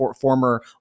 former